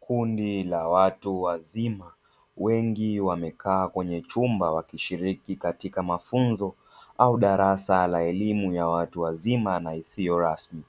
Kundi la watu wazima wengi wamekaa kwenye chumba wakishiriki katika mafunzo, au darasa la elimu ya watu wazima na isiyo rasmi,